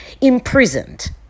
imprisoned